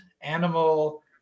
animal